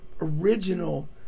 original